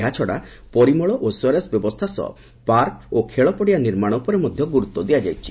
ଏହାଛଡ଼ା ପରିମଳ ଓ ସ୍ୱେରେଜ୍ ବ୍ୟବସ୍ଥା ସହ ପାର୍କ ଓ ଖେଳପଡ଼ିଆ ନିର୍ମାଣ ଉପରେ ମଧ୍ଧ ଗୁରୁତ୍ୱ ଦିଆଯାଇଛି